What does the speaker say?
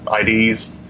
IDs